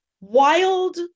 wild